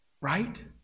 right